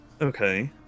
Okay